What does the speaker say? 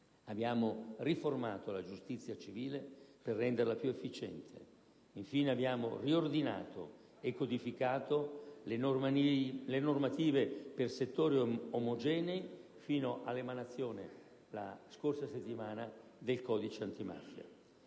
abbiamo riformato la giustizia civile per renderla più efficiente. Infine abbiamo riordinato e codificato le normative per settori omogenei fino all'emanazione la scorsa settimana del codice antimafia.